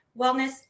wellness